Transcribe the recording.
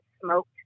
smoked